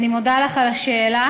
אני מודה לך על השאלה.